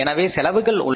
எனவே செலவுகள் உள்ளன